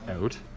out